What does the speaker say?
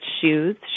shoes